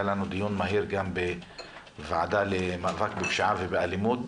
היה לנו גם דיון מהיר בוועדה למאבק בפשיעה ובאלימות